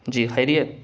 جی خریت